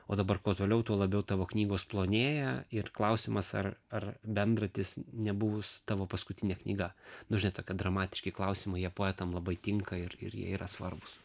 o dabar kuo toliau tuo labiau tavo knygos plonėja ir klausimas ar ar bendratis nebus tavo paskutinė knyga nu žinai tokie dramatiški klausimai jie poetam labai tinka ir ir jie yra svarbūs